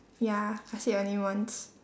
ya I said your name once